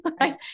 Right